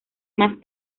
más